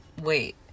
wait